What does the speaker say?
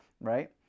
right